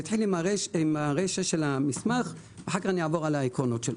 אתחיל ברישא המסמך ואז אעבור על העקרונות שלו.